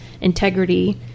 integrity